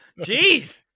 Jeez